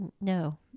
No